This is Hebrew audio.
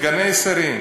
סגני שרים?